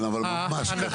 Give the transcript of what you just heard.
כן, אבל ממש קצר.